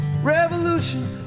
Revolution